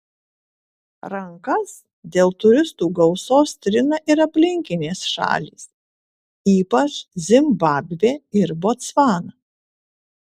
rankas dėl turistų gausos trina ir aplinkinės šalys ypač zimbabvė ir botsvana